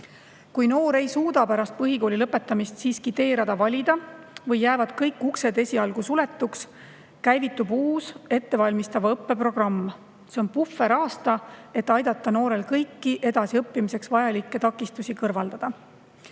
Kui noor ei suuda pärast põhikooli lõpetamist siiski teerada valida või jäävad kõik uksed esialgu suletuks, käivitub uus ettevalmistava õppe programm. See on puhveraasta, et aidata noorel kõiki edasiõppimiseks vajalikke takistusi kõrvaldada.